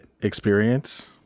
experience